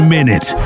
Minute